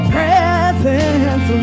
presence